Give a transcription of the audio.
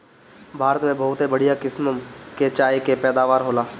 भारत में बहुते बढ़िया किसम के चाय के पैदावार होला